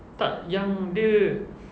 tak yang dia